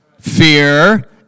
fear